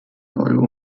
euro